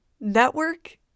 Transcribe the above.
Network